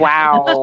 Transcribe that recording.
Wow